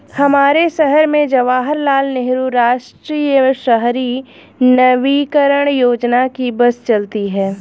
हमारे शहर में जवाहर लाल नेहरू राष्ट्रीय शहरी नवीकरण योजना की बस चलती है